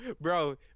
bro